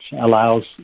allows